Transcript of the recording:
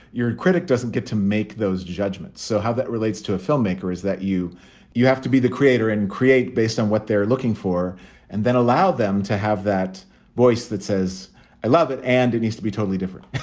your critic doesn't get to make those judgments. so how that relates to a filmmaker is that you you have to be the creator and create based on what they're looking for and then allow them to have that voice that says i love it and it needs to be totally different. and